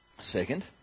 Second